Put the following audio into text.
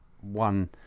one